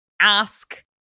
ask